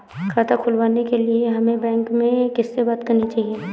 खाता खुलवाने के लिए हमें बैंक में किससे बात करनी चाहिए?